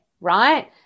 right